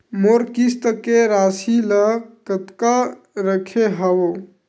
मोर किस्त के राशि ल कतका रखे हाव?